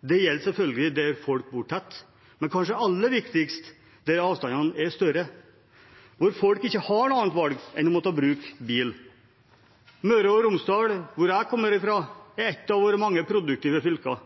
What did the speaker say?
Det gjelder selvfølgelig der folk bor tett, men kanskje aller viktigst der avstandene er større, hvor folk ikke har noe annet valg enn å måtte bruke bil. Møre og Romsdal, hvor jeg kommer fra, er ett av våre mange produktive fylker,